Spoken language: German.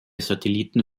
satelliten